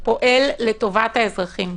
פועל לטובת האזרחים.